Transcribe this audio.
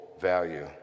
value